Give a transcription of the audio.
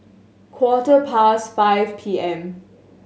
quarter past five P M